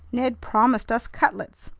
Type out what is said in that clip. ned promised us cutlets,